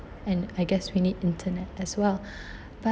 and I guess we need internet as well